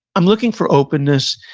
i'm looking for openness,